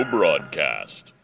Broadcast